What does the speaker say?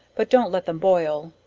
but don't let them boil,